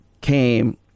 came